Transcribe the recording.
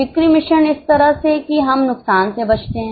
बिक्री मिश्रण इस तरह से कि हम नुकसान से बचते हैं